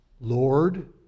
Lord